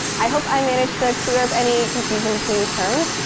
i hope i managed to clear up any confusion between these terms.